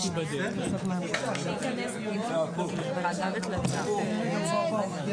צוהריים טובים, אנחנו מתחילים,